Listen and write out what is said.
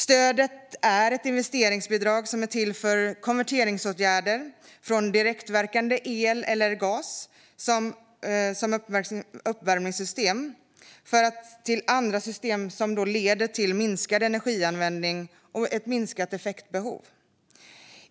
Stödet är ett investeringsbidrag för konverteringsåtgärder som syftar till att gå från uppvärmningssystem baserade på direktverkande el eller gas till system som leder till minskad energianvändning och ett minskat effektbehov.